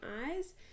eyes